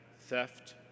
theft